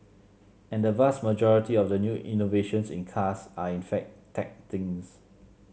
and the vast majority of the new innovations in cars are in fact tech things